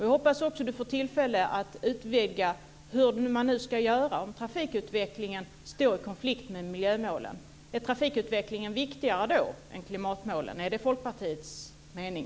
Jag hoppas också att Elver Jonsson får tillfälle att utveckla hur man ska göra om trafikutvecklingen står i konflikt med miljömålen. Är trafikutvecklingen då viktigare än klimatmålen? Är det Folkpartiets mening?